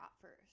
first